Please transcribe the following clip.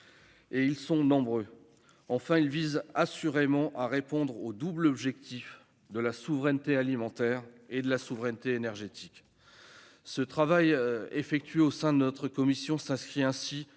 qui sont nombreux. Enfin, il vise assurément à répondre au double objectif de la souveraineté alimentaire et de la souveraineté énergétique. Le texte élaboré par notre commission s'inscrit ainsi